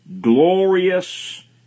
glorious